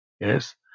yes